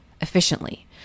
efficiently